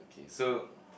okay so